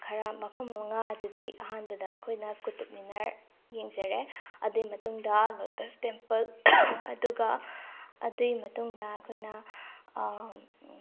ꯈꯔ ꯃꯐꯝ ꯃꯉꯥ ꯑꯗꯨꯗꯤ ꯑꯍꯥꯟꯕꯗ ꯑꯩꯈꯣꯏꯅ ꯀꯨꯇꯨꯞ ꯃꯤꯟꯅꯔ ꯌꯦꯡꯖꯔꯦ ꯑꯗꯨꯒꯤ ꯃꯇꯨꯡꯗ ꯂꯣꯇꯁ ꯇꯦꯝꯄꯜ ꯑꯗꯨꯒ ꯑꯗꯨꯒꯤ ꯃꯇꯨꯡꯗ ꯑꯩꯈꯣꯏꯅ